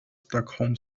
stockholm